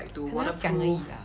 可能要讲而已 lah